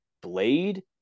Blade